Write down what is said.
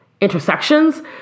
intersections